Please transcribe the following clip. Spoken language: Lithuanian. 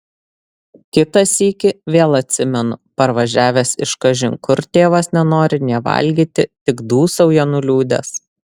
kitą sykį vėl atsimenu parvažiavęs iš kažin kur tėvas nenori nė valgyti tik dūsauja nuliūdęs